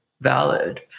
valid